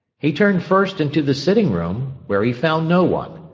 he turned first into the sitting-room, where he found no one,